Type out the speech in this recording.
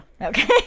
Okay